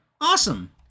Awesome